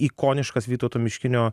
ikoniškas vytauto miškinio